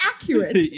accurate